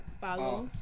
Follow